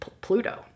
Pluto